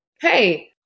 hey